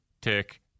tick